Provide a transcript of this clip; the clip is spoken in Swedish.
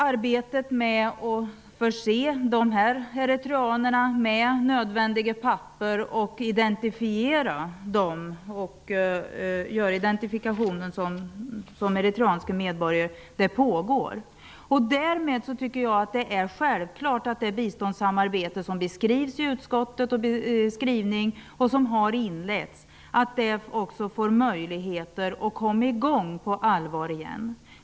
Arbetet med att förse dessa eritreaner med nödvändiga papper och identifiera dem som eritreanska medborgare pågår. Därmed tycker jag att det är självklart att det biståndssamarbete som inletts och som beskrivs i utskottsbetänkandet får möjlighet att komma i gång på allvar igen.